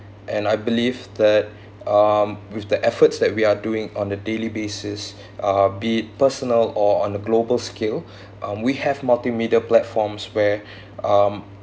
and I believe that um with the efforts that we are doing on a daily basis uh be it personal or on a global scale um we have multimedia platforms where um